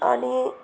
अनि